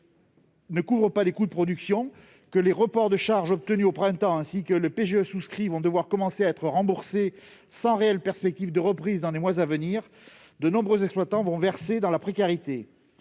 ne couvrent pas les coûts de production, que les reports de charges obtenus au printemps ainsi que les prêts garantis par l'État (PGE) souscrits vont devoir commencer à être remboursés sans réelle perspective de reprise dans les mois à venir, de nombreux exploitants vont verser dans la précarité.